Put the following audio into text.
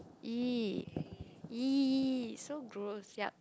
!ee! !ee! so gross yuck